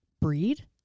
Breed